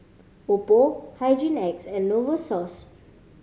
Oppo Hygin X and Novosource